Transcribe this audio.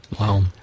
wow